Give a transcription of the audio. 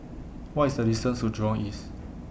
What IS The distance to Jurong East